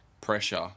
pressure